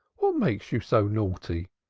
what makes you so naughty?